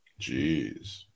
Jeez